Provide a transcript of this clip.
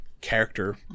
character